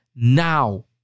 Now